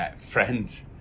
friends